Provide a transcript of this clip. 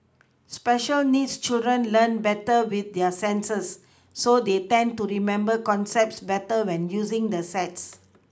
special needs children learn better with their senses so they tend to remember concepts better when using the sets